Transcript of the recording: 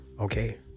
okay